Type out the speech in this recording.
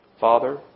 Father